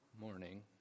morning